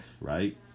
right